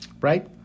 right